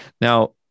Now